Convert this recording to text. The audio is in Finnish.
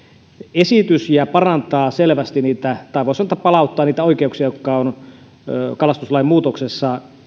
esitys ja parantaa selvästi tai voisi sanoa palauttaa niitä oikeuksia jotka kalastuslain muutoksessa